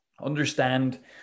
understand